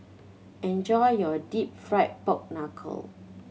enjoy your Deep Fried Pork Knuckle